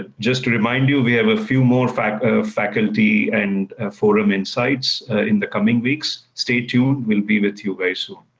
ah just to remind you, we have a few more faculty faculty and forum insights in the coming weeks. stay tuned, we'll be with you very soon.